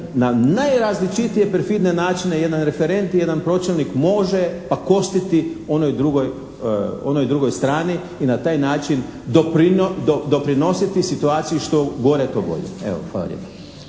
na najrazličitije perfidne načine jedan referent, jedan pročelnik može pakostiti onoj drugoj strani i na taj način doprinositi situaciji što gore to bolje.